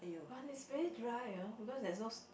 but it's very dry you know because there's no s~